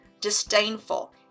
disdainful